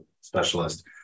specialist